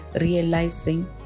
realizing